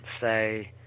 say